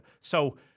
So-